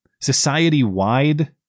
society-wide